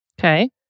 Okay